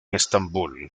estambul